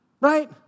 right